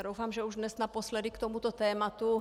Doufám, že už dnes naposledy k tomuto tématu.